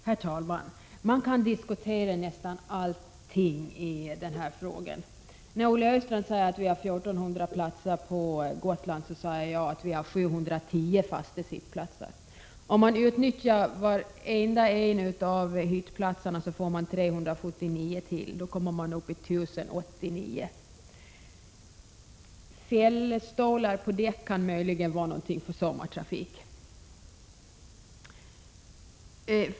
Herr talman! Man kan diskutera nästan allting i den här frågan. När Olle Östrand säger att vi har 1 400 platser på M/S Gotland, säger jag att vi har 710 fasta sittplatser. Om man utnyttjar varenda en av hyttplatserna får man 379 platser till. Då kommer man uppi 1 089. Fällstolar på däck kan möjligen vara någonting för sommartrafiken.